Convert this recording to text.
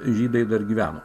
žydai dar gyveno